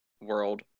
world